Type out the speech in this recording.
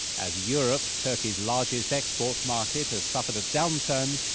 as europe, turkey's largest export market, has suffered a downturn,